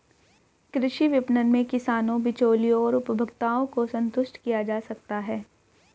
कृषि विपणन में किसानों, बिचौलियों और उपभोक्ताओं को संतुष्ट किया जा सकता है